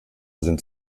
sind